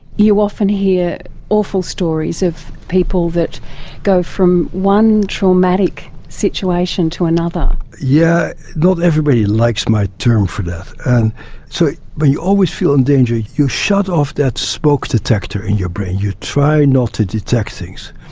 you often hear awful stories of people that go from one traumatic situation to another. yeah, not everybody likes my term for that. and so when you always feel in danger you shut off that smoke detector in your brain, you try not to detect things.